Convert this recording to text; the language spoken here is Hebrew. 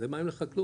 זה מים לחקלאות,